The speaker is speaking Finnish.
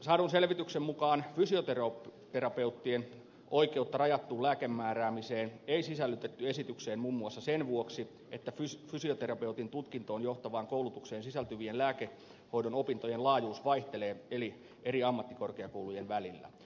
saadun selvityksen mukaan fysioterapeuttien oikeutta rajattuun lääkkeen määräämiseen ei sisällytetty esitykseen muun muassa sen vuoksi että fysioterapeutin tutkintoon johtavaan koulutukseen sisältyvien lääkehoidon opintojen laajuus vaihtelee eri ammattikorkeakoulujen välillä